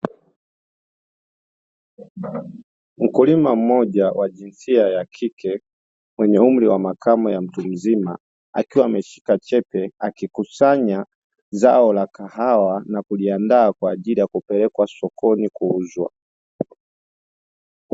Mkulima mmoja wa jinsia ya kike, mwenye umri wa makamo ya mtu mzima, akiwa ameshika chepe akikusanya zao la kahawa na kuliandaa kwa ajili ya kupeleka sokoni kuuzwa.